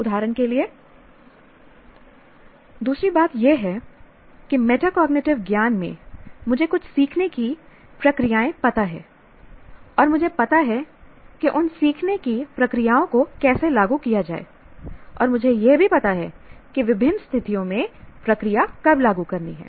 उदाहरण के लिए दूसरी बात यह है कि मेटाकॉग्निटिव ज्ञान में मुझे कुछ सीखने की प्रक्रियाएं पता हैं और मुझे पता है कि उन सीखने की प्रक्रियाओं को कैसे लागू किया जाए और मुझे यह भी पता है कि विभिन्न स्थितियों में प्रक्रिया कब लागू करनी है